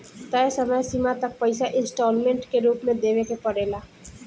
तय समय सीमा तक तय पइसा इंस्टॉलमेंट के रूप में देवे के पड़ेला